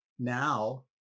now